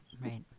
Right